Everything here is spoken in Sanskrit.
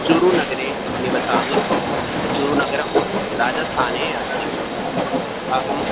चूरुनगरे निवसामि चूरुनगरं राजस्थाने अस्ति अहं